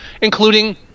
including